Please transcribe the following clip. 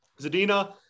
Zadina